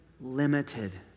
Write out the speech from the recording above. limited